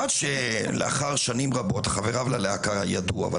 עד שלאחר שנים רבות חבריו ללהקה ידעו,